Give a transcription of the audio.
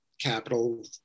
Capital